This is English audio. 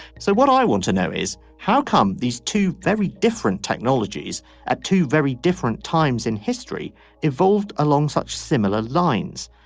so what i want to know is how come these two very different technologies at two very different times in history evolved along such similar lines.